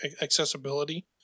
accessibility